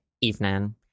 evening